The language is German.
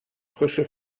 frische